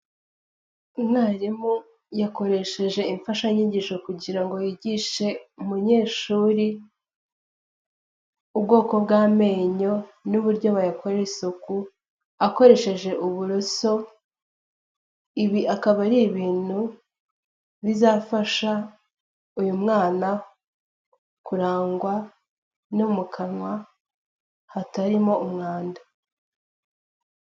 Umwarimu yakoresheje imfashanyigisho kugira ngo yigishe umunyeshuri ubwoko bw'amenyo n'uburyo bayakoresha isuku akoresheje uburoso, ibi akaba ari ibintu bizafasha uyu mwana kurangwa no mu kanwa hatarimo umwanda.